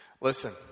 Listen